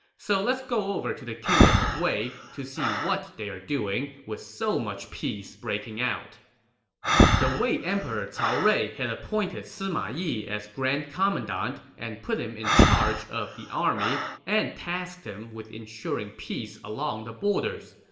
so let's go over to the kingdom of wei to see what they're doing with so much peace breaking out the wei emperor cao rui had appointed sima y i as grand commandant and put him in charge of the army and tasked him with ensuring peace along the borders.